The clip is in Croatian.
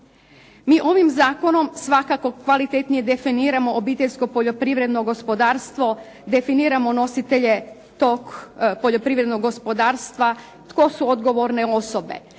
Mi ovim zakonom svakako kvalitetnije definiramo obiteljsko poljoprivredno gospodarstvo, definiramo nositelje tog poljoprivrednog gospodarstva tko su odgovorne osobe.